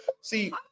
See